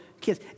kids